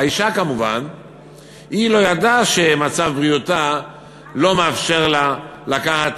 האישה כמובן לא ידעה שמצב בריאותה לא מאפשר לה לקחת